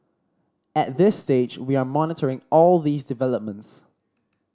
at this stage we are monitoring all these developments